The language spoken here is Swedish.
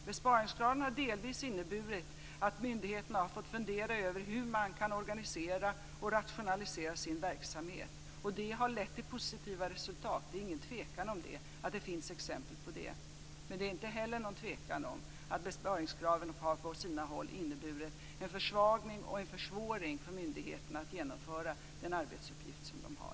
Besparingskraven har delvis inneburit att myndigheterna har fått fundera över hur man kan organisera och rationalisera sin verksamhet. Det har lett till positiva resultat - det är ingen tvekan om att det finns exempel på det. Men det är inte heller någon tvekan om att besparingskraven på sina håll inneburit en försvagning och försvårat för myndigheterna att genomföra den arbetsuppgift som de har.